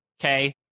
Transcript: Okay